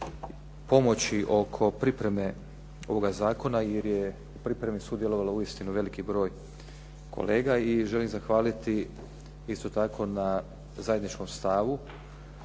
pomoći oko pripreme ovoga zakona, jer je u pripremi sudjelovao uistinu veliki broj kolega. I želim zahvaliti isto tako na zajedničkom stavu